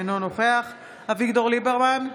אינו נוכח אביגדור ליברמן,